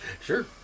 Sure